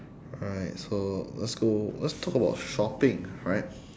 alright so let's go let's talk about shopping alright